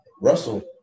Russell